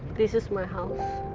this is my house.